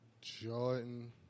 Jordan